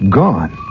gone